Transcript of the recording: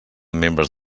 membres